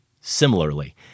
similarly